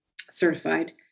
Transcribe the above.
certified